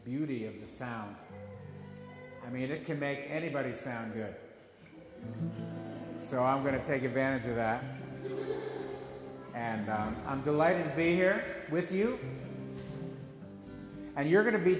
beauty of the sound i made it can make anybody sound good so i'm going to take advantage of that and i'm delighted to be here with you and you're going to be